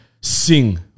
sing